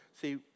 see